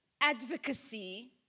advocacy